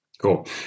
Cool